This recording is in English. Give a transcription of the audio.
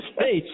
space